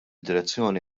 direzzjoni